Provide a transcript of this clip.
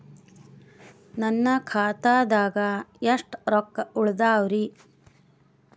ನನ್ನ ಖಾತಾದಾಗ ಎಷ್ಟ ರೊಕ್ಕ ಉಳದಾವರಿ?